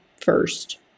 first